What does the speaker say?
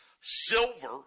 Silver